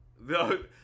No